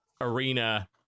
arena